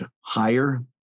higher